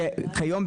שכיום,